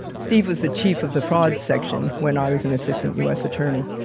steve was the chief of the fraud section when i was an assistant us attorney.